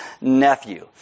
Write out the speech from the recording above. nephew